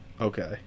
Okay